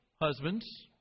husbands